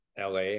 LA